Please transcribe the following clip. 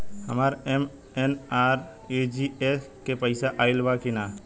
हमार एम.एन.आर.ई.जी.ए के पैसा आइल बा कि ना?